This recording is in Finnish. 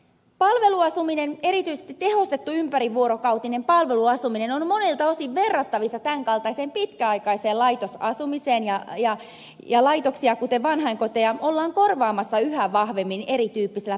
palveluasuminen erityisesti tehostettu ympärivuorokautinen palveluasuminen on monelta osin verrattavissa tämän kaltaiseen pitkäaikaiseen laitosasumiseen ja laitoksia kuten vanhainkoteja ollaan korvaamassa yhä vahvemmin erityyppisellä palveluasumisella